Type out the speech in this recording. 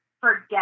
forget